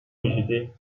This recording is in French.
rejetés